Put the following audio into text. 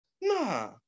nah